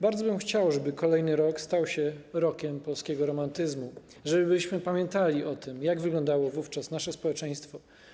Bardzo bym chciał, żeby kolejny rok stał się Rokiem Polskiego Romantyzmu, żebyśmy pamiętali o tym, jak wyglądało wówczas nasze społeczeństwo.